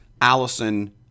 Allison